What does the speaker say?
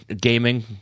gaming